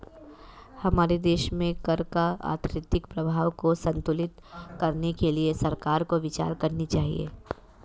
हमारे देश में कर का आर्थिक प्रभाव को संतुलित करने के लिए सरकार को विचार करनी चाहिए